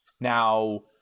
Now